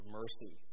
mercy